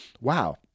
wow